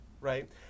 right